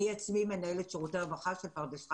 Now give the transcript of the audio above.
אני עצמי מנהלת שירותי הרווחה של פרדס חנה-כרכור.